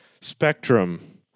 Spectrum